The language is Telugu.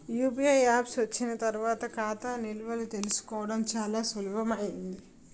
యూపీఐ యాప్స్ వచ్చిన తర్వాత ఖాతా నిల్వలు తెలుసుకోవడం చాలా సులభమైంది